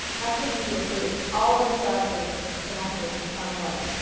that's the beauty of food. all this stuff is connected in some way.